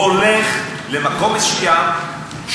הולך למקום מסוים,